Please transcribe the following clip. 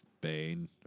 Bane